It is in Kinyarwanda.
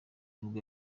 nibwo